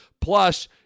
Plus